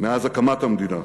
מאז הקמת המדינה,